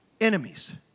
enemies